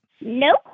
Nope